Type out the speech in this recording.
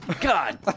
God